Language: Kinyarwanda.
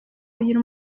kugira